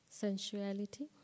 Sensuality